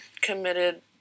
committed